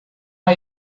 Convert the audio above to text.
are